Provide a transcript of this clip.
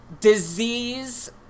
disease